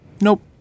Nope